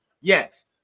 yes